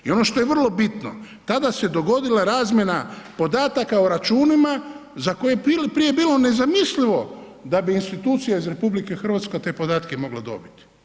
I ono što je vrlo bitno, tada se dogodila razmjena podataka o računima za koje se prije bilo nezamislivo da bi institucije iz RH te podatke mogla dobiti.